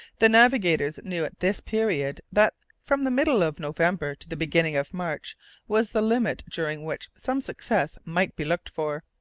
the navigators knew at this period, that from the middle of november to the beginning of march was the limit during which some success might be looked for.